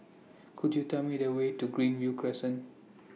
Could YOU Tell Me The Way to Greenview Crescent